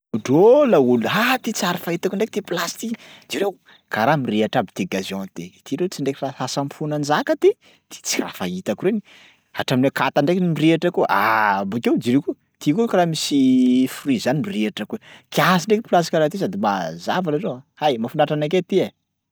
Ndrô laolo, ha ty tsy ary fahitako ndraiky ty plasy ty! Jereo karaha mirehatra aby ty gazon ty, ty leroa tsy ndraiky fa hasamponan-jaka ty, ty tsy raha fahitako reny, hatramin'ny akata ndraiky mirehatra koa a, aaah bôkeo jereo koa ty koa karaha misy fruit zany mirehatra koa. Kiasy ndraiky plasy karaha ty sady mazava raha zao a, hay mahafinaritra anakay ty e.